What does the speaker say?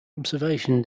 observation